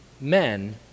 men